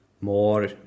more